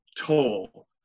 toll